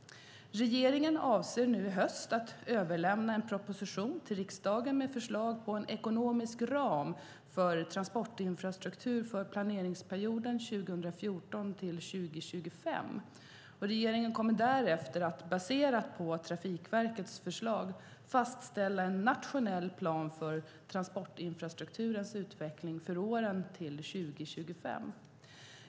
Regeringen avser i höst att överlämna en proposition till riksdagen med förslag på en ekonomisk ram för transportinfrastruktur för planeringsperioden 2014-2025. Regeringen kommer därefter att, baserat på Trafikverkets förslag, fastställa en nationell plan för transportinfrastrukturens utveckling för åren till 2025.